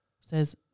says